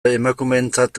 emakumeentzat